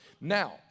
Now